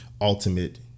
ultimate